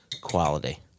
quality